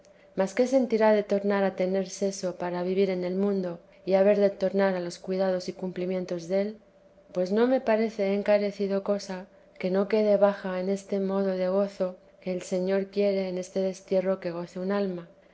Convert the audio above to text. mas qué sentirá de tornar a tener seso para vivir en el mundo y haber de tornar a los cuidados y cumplimientos del pues no me parece he encarecido cosa que no quede baja en este modo de gozo que el señor quiere en este destierro que goce un alma